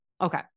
okay